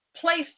placed